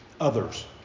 others